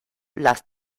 las